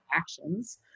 actions